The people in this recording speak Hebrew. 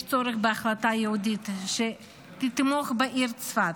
יש צורך בהחלטה ייעודית שתתמוך בעיר צפת,